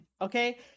okay